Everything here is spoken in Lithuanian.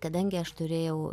kadangi aš turėjau